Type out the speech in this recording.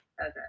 Okay